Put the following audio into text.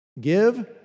Give